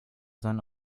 sein